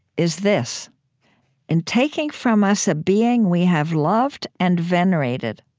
is this in taking from us a being we have loved and venerated,